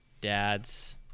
dads